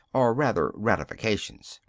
or rather ratifications.